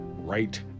right